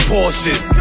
Porsches